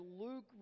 Luke